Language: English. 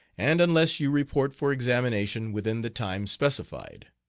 and unless you report for examination within the time specified.